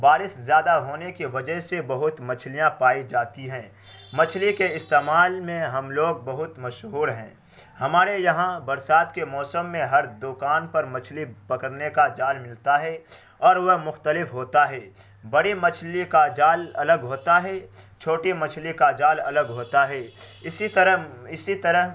بارش زیادہ ہونے کی وجہ سے بہت مچھلیاں پائی جاتی ہیں مچھلی کے استعمال میں ہم لوگ بہت مشہور ہیں ہمارے یہاں برسات کے موسم میں ہر دوکان پر مچھلی پکڑنے کا جال ملتا ہے اور وہ مختلف ہوتا ہے بڑی مچھلی کا جال الگ ہوتا ہے چھوٹی مچھلی کا جال الگ ہوتا ہے اسی طرح اسی طرح